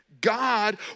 God